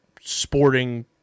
sporting